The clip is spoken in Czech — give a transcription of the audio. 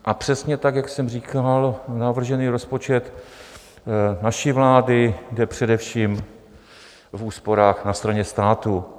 A přesně tak, jak jsem říkal, navržený rozpočet naší vlády jde především v úsporách na straně státu.